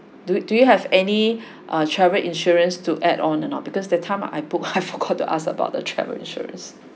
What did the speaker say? do do you have any uh travel insurance to add on or not because that time I put I forgot to ask about the travel insurance